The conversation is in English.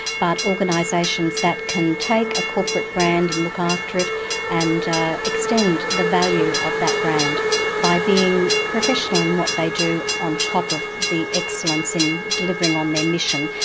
but organisations that can take a corporate brand and look after it and extend the value of that brand by being professional in what they do on top of the excellence in delivering on their mission.